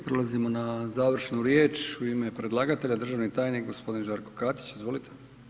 Prelazimo na završnu riječ u ime predlagatelja, državni tajnik g. Žarko Katić, izvolite.